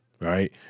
right